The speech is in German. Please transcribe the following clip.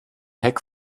heck